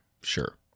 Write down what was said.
sure